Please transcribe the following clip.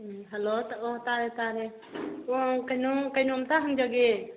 ꯎꯝ ꯍꯜꯂꯣ ꯇꯥ ꯑꯣ ꯇꯥꯔꯦ ꯇꯥꯔꯦ ꯑꯣ ꯀꯩꯅꯣ ꯀꯩꯅꯣꯝꯇ ꯍꯪꯖꯒꯦ